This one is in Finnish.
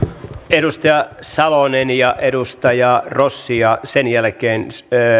edustaja salonen ja edustaja rossi ja sen jälkeen